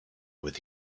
with